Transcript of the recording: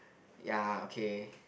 ya okay